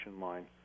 line